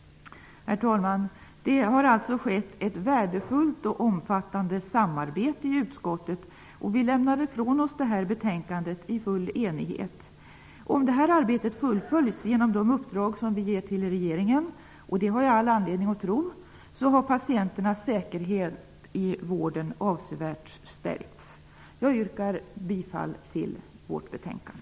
Herr talman! Det har alltså varit ett värdefullt och omfattande samarbete i utskottet. Vi lämnar ifrån oss betänkandet i full enighet. Om det här arbetet fullföljs genom de uppdrag som vi ger till regeringen, och det har jag all anledning att tro, så har patienternas säkerhet i vården avsevärt stärkts. Jag yrkar bifall till hemställan i vårt betänkande.